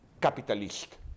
capitalist